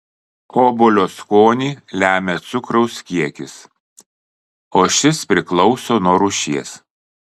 obuolio skonį lemia cukraus kiekis o šis priklauso nuo rūšies